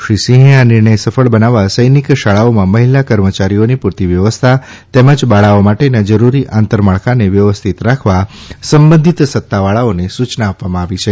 શ્રી સિંહે આ નિર્ણયને સફળ બનાવવા સૈનિક શાળાઓમાં મહિલા કર્મચારીઓની પૂરતી વ્યવસ્થા તેમજ બાળાઓ માટેના જરૂરી આંતરમાળખાને વ્યવસ્થિત રાખવા સંબંધિત સત્તાવાળાઓને સૂચના આપવામાં આવી છે